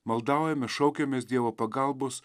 maldaujame šaukiamės dievo pagalbos